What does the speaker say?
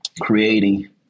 Creating